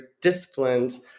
disciplined